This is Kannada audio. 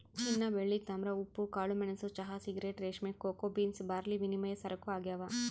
ಚಿನ್ನಬೆಳ್ಳಿ ತಾಮ್ರ ಉಪ್ಪು ಕಾಳುಮೆಣಸು ಚಹಾ ಸಿಗರೇಟ್ ರೇಷ್ಮೆ ಕೋಕೋ ಬೀನ್ಸ್ ಬಾರ್ಲಿವಿನಿಮಯ ಸರಕು ಆಗ್ಯಾವ